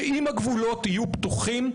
שאם הגבולות יהיו פתוחים,